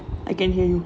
ya I can hear you